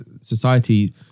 society